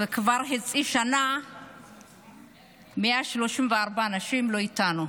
וכבר חצי שנה 134 אנשים לא איתנו.